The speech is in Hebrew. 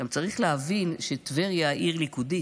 צריך להבין גם שטבריה היא עיר ליכודית,